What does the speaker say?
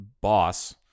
boss